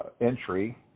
entry